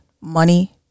money